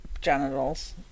genitals